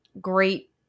great